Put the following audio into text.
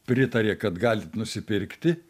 pritarė kad galit nusipirkti